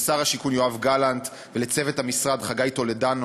לשר השיכון יואב גלנט ולצוות המשרד: חגי טולדנו,